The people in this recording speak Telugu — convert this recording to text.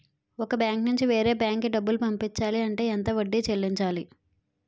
ఒక బ్యాంక్ నుంచి వేరే బ్యాంక్ కి డబ్బులు పంపించాలి అంటే ఎంత వడ్డీ చెల్లించాలి?